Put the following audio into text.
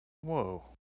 Whoa